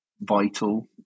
Vital